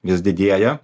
vis didėja